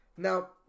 Now